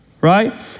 Right